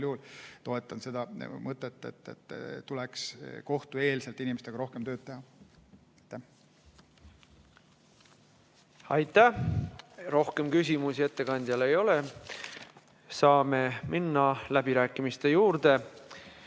toetan seda mõtet, et tuleks kohtueelselt inimestega rohkem tööd teha. Aitäh! Rohkem küsimusi ettekandjale ei ole. Saame minna läbirääkimiste juurde.